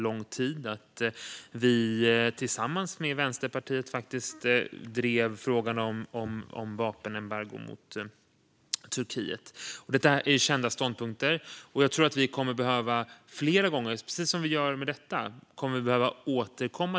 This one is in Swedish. Vi drev faktiskt tillsammans med Vänsterpartiet frågan om vapenembargo mot Turkiet. Detta är kända ståndpunkter. Jag tror att vi kommer att behöva återkomma flera gånger till den här lagstiftningen, precis som vi gör med detta.